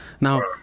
Now